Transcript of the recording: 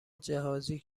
جهازی